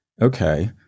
okay